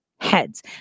heads